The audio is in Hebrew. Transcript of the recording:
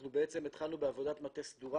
אנחנו בעצם התחלנו בעבודת מטה סדורה